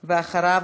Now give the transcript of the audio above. ואחריו,